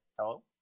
Hello